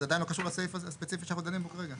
זה עדיין לא קשור לסעיף הספציפי הזה שאנחנו דנים בו כרגע.